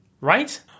Right